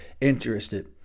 interested